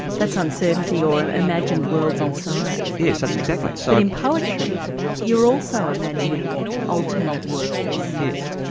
that's uncertainty, or and imagined worlds in science? yes, that's it exactly. so in poetry you're also imagining alternative worlds? yes,